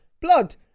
Blood